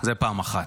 זה פעם אחת.